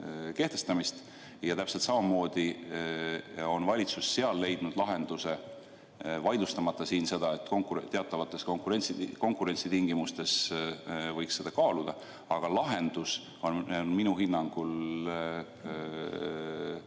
Täpselt samamoodi on valitsus seal leidnud lahenduse – vaidlustamata seda, et teatavates konkurentsitingimustes võiks seda kaaluda –, mis on minu hinnangul